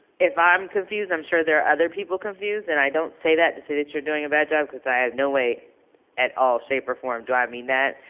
if i'm confused, i'm sure there are other people confused. and i don't say that to say that you're doing a bad job cause i have no way at all shape or form do i mean that.